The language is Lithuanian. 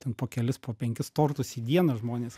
ten po kelis po penkis tortus į dieną žmonės